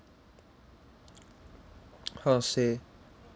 how to say